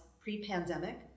pre-pandemic